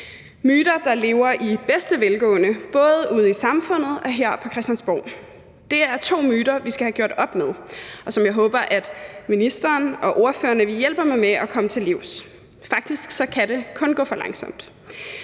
myter, der lever i bedste velgående både ude i samfundet og her på Christiansborg. Det er to myter, vi skal have gjort op med, og som jeg håber at ministeren og ordførerne vil hjælpe mig med at komme til livs. Faktisk kan det kun gå for langsomt.